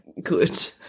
good